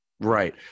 right